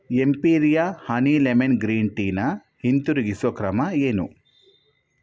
Empiria honey lemon green ಟೀನ ಹಿಂತಿರುಗಿಸೋ ಕ್ರಮ ಏನು